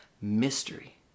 mystery